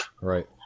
Right